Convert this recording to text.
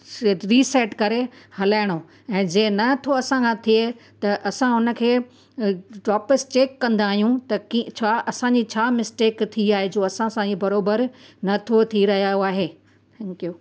स रीसेट करे हलाइणो ऐं जे नथो असांखा थिए त असां हुनखे वापसि चैक कंदा आहियूं त कि छा असांजी छा मिस्टेक थी आहे जो असां सां ई बराबरि नथो थी रहियो आहे थैंक्यू